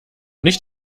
nicht